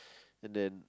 and then